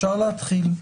אפשר להתחיל.